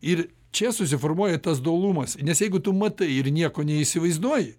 ir čia susiformuoja tas dualumas nes jeigu tu matai ir nieko neįsivaizduoji